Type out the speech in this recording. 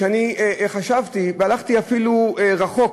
שאני חשבתי, והלכתי אפילו רחוק,